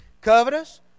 covetous